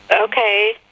Okay